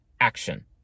action